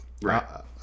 Right